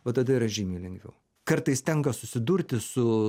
va tada yra žymiai lengviau kartais tenka susidurti su